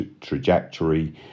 trajectory